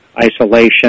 Isolation